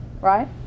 right